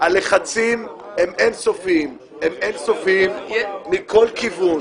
הלחצים הם אין-סופיים, הם אין-סופיים מכל כיוון.